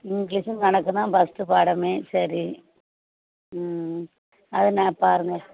இங்கிலிஷும் கணக்கும் தான் ஃபஸ்ட்டு பாடமே சரி ம் அது என்ன பாருங்க